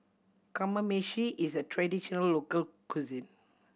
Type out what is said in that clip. Kamameshi is a traditional local cuisine